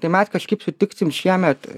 tai mes kažkaip sutiksim šiemet